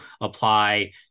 apply